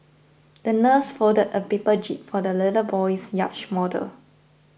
the nurse folded a paper jib for the little boy's yacht model